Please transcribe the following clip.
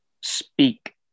speak